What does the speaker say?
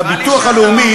לביטוח הלאומי,